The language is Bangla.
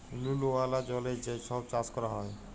লুল ওয়ালা জলে যে ছব চাষ ক্যরা হ্যয়